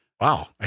Wow